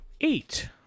eight